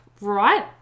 right